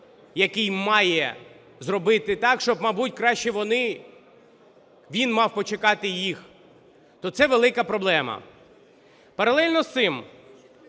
який має зробити так, щоб, мабуть, краще він мав почекати їх, то це велика проблема. Паралельно з цим